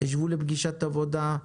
שבו לפגישת עבודה.